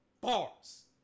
bars